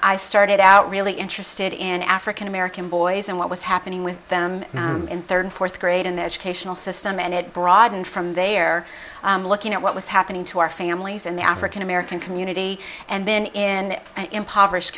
i started out really interested in african american boys and what was happening with them in third fourth grade in the educational system and it broadened from there looking at what was happening to our families in the african american community and been in impoverished